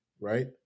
right